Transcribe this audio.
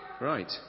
Right